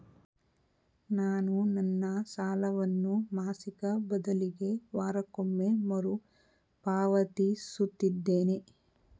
ನಾನು ನನ್ನ ಸಾಲವನ್ನು ಮಾಸಿಕ ಬದಲಿಗೆ ವಾರಕ್ಕೊಮ್ಮೆ ಮರುಪಾವತಿಸುತ್ತಿದ್ದೇನೆ